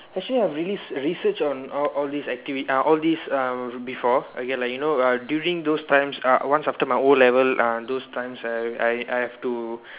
actually I've really re~ researched on all all these activities uh all these uh before okay like you know uh during those times uh once after my O-level uh those times I I I have to